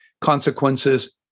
consequences